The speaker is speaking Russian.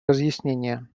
разъяснение